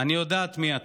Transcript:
אני יודעת מי אתה.